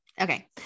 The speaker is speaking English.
okay